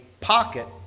pocket